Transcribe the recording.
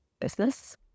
business